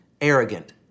arrogant